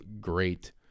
great –